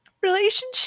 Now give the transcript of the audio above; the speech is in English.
Relationship